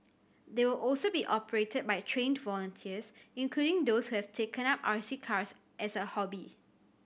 they will also be operated by trained volunteers including those who have taken up R C cars as a hobby